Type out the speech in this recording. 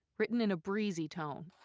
written in a breezy tone.